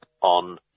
on